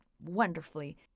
wonderfully